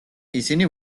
ისინი